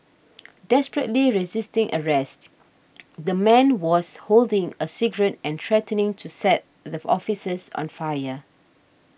desperately resisting arrest the man was holding a cigarette and threatening to set the officers on fire